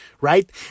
right